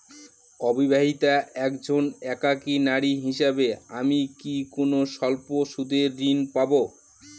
অবিবাহিতা একজন একাকী নারী হিসেবে আমি কি কোনো স্বল্প সুদের ঋণ পাব?